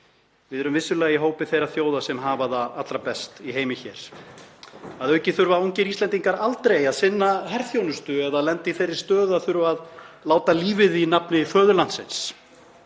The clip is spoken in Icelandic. Við erum vissulega í hópi þeirra þjóða sem hafa það allra best í heimi hér. Að auki þurfa að ungir Íslendingar aldrei að sinna herþjónustu eða lenda í þeirri stöðu að þurfa að láta lífið í nafni föðurlandsins.